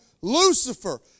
Lucifer